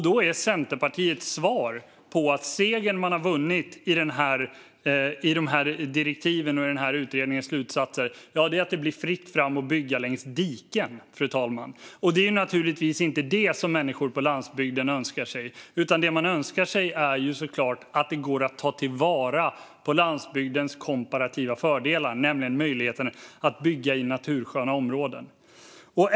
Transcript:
Då är Centerpartiets svar, fru talman, att segern man har vunnit i direktiven och utredningens slutsatser är att det blir fritt fram att bygga längs diken. Det är naturligtvis inte det som människor på landsbygden önskar sig. Det de önskar sig är såklart att det går att ta till vara landsbygdens komparativa fördelar, nämligen möjligheten att bygga i natursköna områden.